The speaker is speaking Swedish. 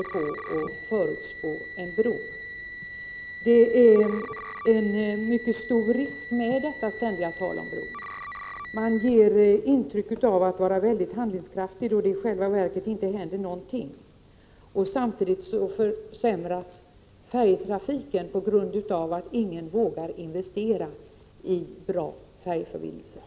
Detta ständiga tal om bron är en mycket stor risk. Man ger intryck av att vara mycket handlingskraftig när det i själva verket inte händer någonting. Samtidigt försämras färjetrafiken på grund av att ingen vågar investera i bra färjeförbindelser.